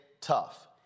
tough